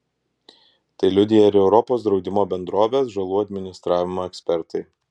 tai liudija ir europos draudimo bendrovės žalų administravimo ekspertai